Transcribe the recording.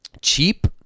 cheap